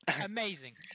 Amazing